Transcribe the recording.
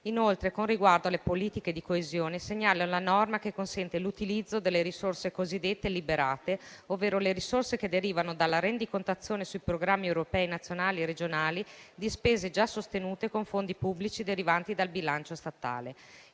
Inoltre, con riguardo alle politiche di coesione, segnalo la norma che consente l'utilizzo delle risorse cosiddette liberate, ovvero le risorse che derivano dalla rendicontazione sui programmi europei, nazionali e regionali di spese già sostenute con fondi pubblici derivanti dal bilancio statale.